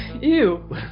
Ew